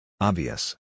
Obvious